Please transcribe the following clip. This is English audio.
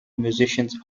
musicians